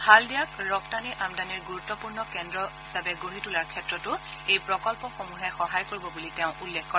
হালডিয়াক ৰপ্তানি আমদানিৰ গুৰুত্পূৰ্ণ কেন্দ্ৰবিন্দু হিচাপে গঢ়ি তোলাৰ ক্ষেত্ৰটো এই প্ৰকল্পসমূহে সহায় কৰিব বুলি তেওঁ উল্লেখ কৰে